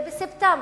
זה היה בספטמבר.